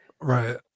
right